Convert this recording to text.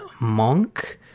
Monk